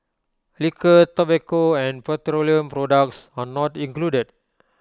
Liquor Tobacco and petroleum products are not included